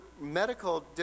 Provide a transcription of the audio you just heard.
medical